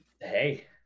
Hey